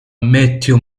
matthew